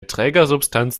trägersubstanz